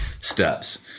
steps